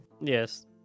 Yes